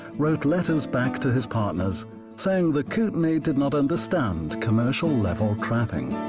wrote letters back to his partners saying the kootenai did not understand commercial level trapping.